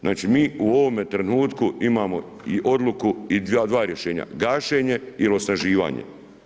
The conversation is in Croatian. Znači mi u ovome trenutku imao i odluku i dva rješenja, gašenje i osnaživanje.